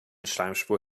schleimspur